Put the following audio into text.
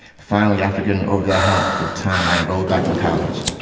finally after getting over that hump, with time, i enrolled back in college.